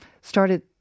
started